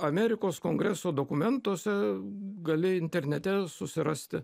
amerikos kongreso dokumentuose gali internete susirasti